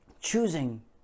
choosing